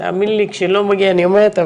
תאמין לי כשלא מגיע אני אומרת,